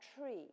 tree